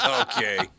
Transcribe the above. Okay